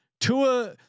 Tua